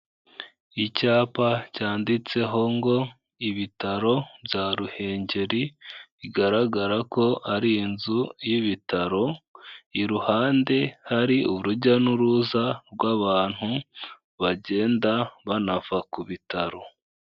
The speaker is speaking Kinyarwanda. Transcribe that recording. Icyapa cyanditseho ngo ''Ibitaro bya Ruhengeri'' bigaragara ko ari inzu y'ibitaro, iruhande hari urujya n'uruza rw'abantu bagenda banava ku bitaro.